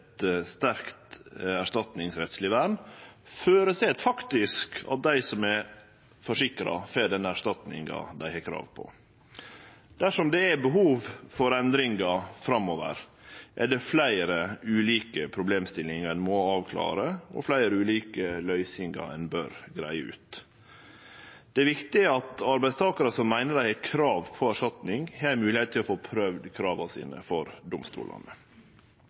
sterkt erstatningsrettsleg vern, føreset faktisk at dei som er forsikra, får den erstatninga dei har krav på. Dersom det er behov for endringar framover, er det fleire ulike problemstillingar ein må avklare, og fleire ulike løysingar ein bør greie ut. Det er viktig at arbeidstakarar som meiner at dei har krav på erstatning, har moglegheit til å få prøvd krava sine for domstolane.